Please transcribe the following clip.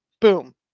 Boom